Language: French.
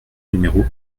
numéro